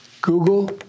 Google